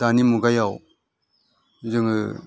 दानि मुगायाव जोङो